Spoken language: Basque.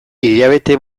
hilabete